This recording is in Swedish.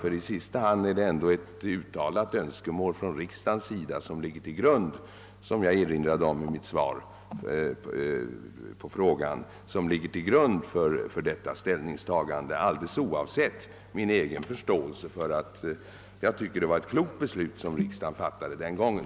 I sista hand är det ändå — vilket jag erinrade om i mitt svar på frågan — ett uttalat önskemål från riksdagen som ligger till grund för detta ställningstagande, alldeles oavsett min egen åsikt att det var ett klokt beslut som riksdagen fattade den gången.